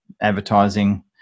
advertising